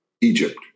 Egypt